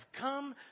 come